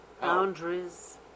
Boundaries